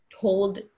told